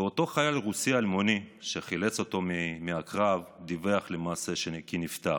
ואותו חייל רוסי אלמוני שחילץ אותו מהקרב דיווח למעשה כי הוא נפטר.